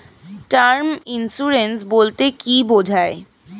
Term insurance বলতে কী বোঝায়?